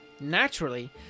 Naturally